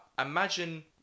imagine